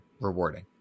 rewarding